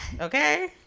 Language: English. okay